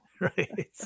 right